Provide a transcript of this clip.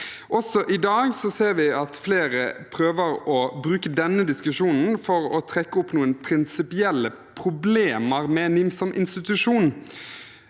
Også i dag ser vi at flere prøver å bruke denne diskusjonen for å trekke opp noen prinsipielle problemer med NIM som institusjon.